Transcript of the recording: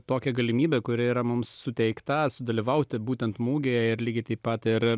tokią galimybę kuri yra mums suteikta sudalyvauti būtent mugėje ir lygiai taip pat ir